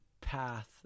path